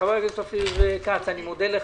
חבר הכנסת אופיר כץ, אני מודה לך.